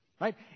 right